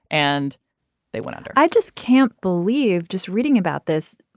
and they went under i just can't believe just reading about this.